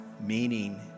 meaning